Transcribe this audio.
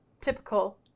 typical